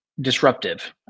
disruptive